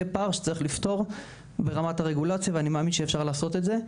זה פער שצריך לפתור ברמת הרגולציה ואני מאמין שאפשר לפתור את זה.